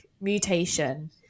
mutation